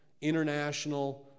international